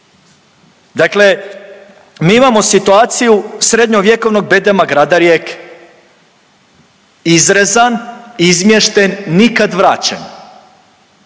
Dakle, mi imamo situaciju srednjovjekovnog bedema grada Rijeke, izrezan, izmješten, nikad vraćen.